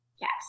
Yes